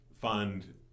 fund